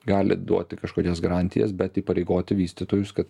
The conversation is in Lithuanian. gali duoti kažkokias garantijas bet įpareigoti vystytojus kad